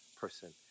person